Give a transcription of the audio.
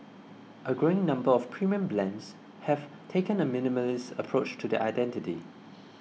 a growing number of premium brands have taken a minimalist approach to their identity